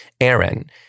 Aaron